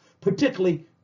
particularly